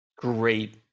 great